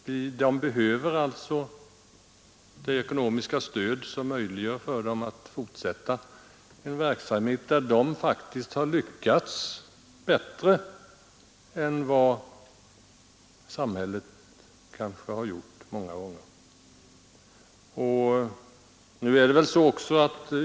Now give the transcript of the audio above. De behöver alltså det ekonomiska stöd som möjliggör för dem att fortsätta en verksamhet där de faktiskt många gånger har lyckats bättre än vad samhället gjort.